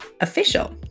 Official